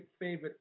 favorite